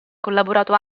collaborato